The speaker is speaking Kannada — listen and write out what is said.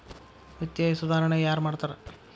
ವಿತ್ತೇಯ ಸುಧಾರಣೆ ಯಾರ್ ಮಾಡ್ತಾರಾ